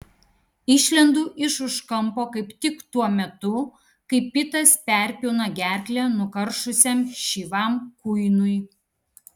išlendu iš už kampo kaip tik tuo metu kai pitas perpjauna gerklę nukaršusiam šyvam kuinui